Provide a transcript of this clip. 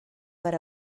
per